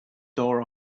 door